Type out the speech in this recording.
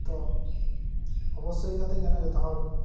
ᱛᱚ ᱚᱵᱚᱥᱥᱳᱭ ᱠᱟᱛᱮ ᱡᱮᱱᱚ ᱡᱚᱛᱚ ᱦᱚᱲ